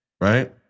Right